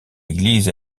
église